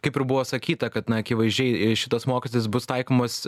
kaip ir buvo sakyta kad na akivaizdžiai šitas mokestis bus taikomas